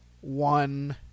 one